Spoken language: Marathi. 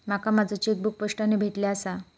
माका माझो चेकबुक पोस्टाने भेटले आसा